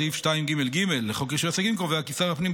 סעיף 2ג(ג) לחוק רישוי עסקים קובע כי שר הפנים,